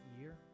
year